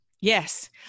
Yes